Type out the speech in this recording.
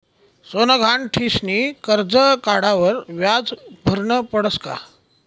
सोनं गहाण ठीसनी करजं काढावर व्याज भरनं पडस का?